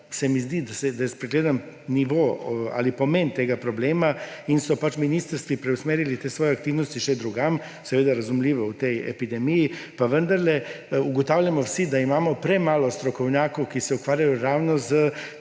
se mi zdi, da je spregledan nivo ali pomen tega problema in sta pač ministrstvi preusmerili te svoje aktivnosti še drugam – seveda razumljivo v tej epidemiji. Vendar pa ugotavljamo vsi, da imamo premalo strokovnjakov, ki se ukvarjajo ravno s